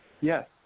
Yes